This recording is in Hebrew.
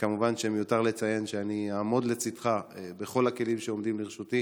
כמובן שמיותר לציין שאני אעמוד לרשותך בכל הכלים שעומדים לרשותי